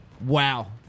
Wow